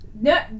No